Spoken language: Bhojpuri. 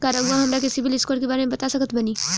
का रउआ हमरा के सिबिल स्कोर के बारे में बता सकत बानी?